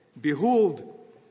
behold